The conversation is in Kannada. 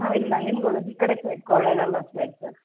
ನಾವು ಇಲ್ಲಿ ನಂಜನಗೂಡು ಈ ಕಡೆ ಸೈಡ್ ಕೊಳ್ಳೇಗಾಲ ಸೈಡ್ ಸರ್